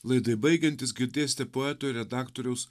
laidai baigiantis girdėsite poeto ir redaktoriaus